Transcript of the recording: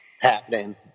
happening